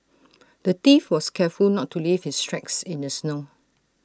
the thief was careful not to leave his tracks in the snow